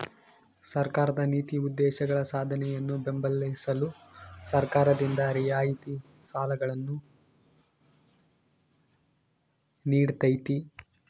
ಸರ್ಕಾರದ ನೀತಿ ಉದ್ದೇಶಗಳ ಸಾಧನೆಯನ್ನು ಬೆಂಬಲಿಸಲು ಸರ್ಕಾರದಿಂದ ರಿಯಾಯಿತಿ ಸಾಲಗಳನ್ನು ನೀಡ್ತೈತಿ